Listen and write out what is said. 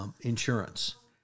insurance